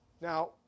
Now